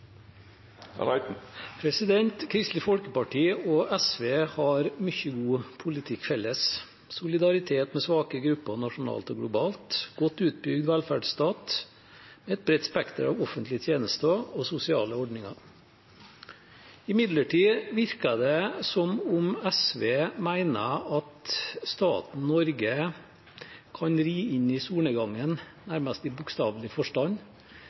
stader. Kristelig Folkeparti og SV har mye god politikk felles, f.eks. solidaritet med svake grupper nasjonalt og globalt, en godt utbygd velferdsstat, et bredt spekter av offentlige tjenester og sosiale ordninger. Imidlertid virker det som om SV mener at staten Norge kan ri inn i solnedgangen nærmest i bokstavelig forstand